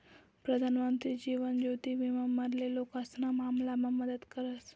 प्रधानमंत्री जीवन ज्योति विमा मरेल लोकेशना मामलामा मदत करस